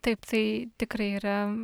taip tai tikrai yra